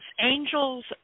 Angels